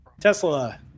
Tesla